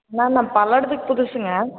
அண்ணா நான் பல்லடத்துக்கு புதுசுங்க